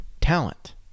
Talent